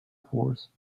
force